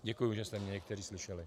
Děkuji, že jste mě někteří slyšeli.